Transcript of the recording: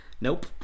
nope